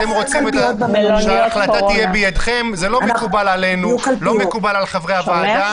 אתם רוצים שההחלטה תהיה בידכם וזה לא מקובל עלינו ועל חברי הוועדה.